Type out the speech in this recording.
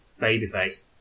babyface